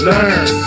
Learn